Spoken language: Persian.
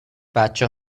بچه